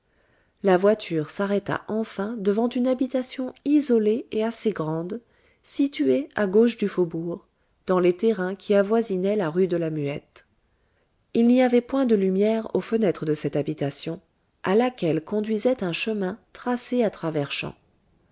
la voiture s'arrêta enfin devant une habitation isolée et assez grande située à gauche du faubourg dans les terrain qui avoisinaient la rue de la muette il n'y avait point de lumière aux fenêtres de cette habitation à laquelle conduisait un chemin tracé à travers champs